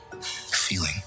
feeling